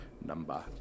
Number